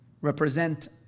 represent